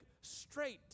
straight